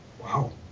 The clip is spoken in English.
Wow